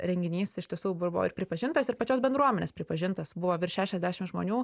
renginys iš tiesų buvo ir pripažintas ir pačios bendruomenės pripažintas buvo virš šešiasdešim žmonių